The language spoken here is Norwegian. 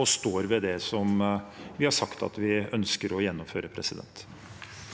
og står ved det som vi har sagt at vi ønsker å gjennomføre. Terje